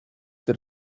der